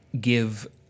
give